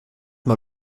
mal